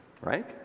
Right